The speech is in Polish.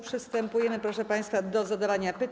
Przystępujemy, proszę państwa, do zadawania pytań.